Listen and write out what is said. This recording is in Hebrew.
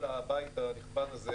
לבית הנכבד הזה,